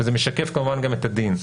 וזה משקף כמובן גם את הדין.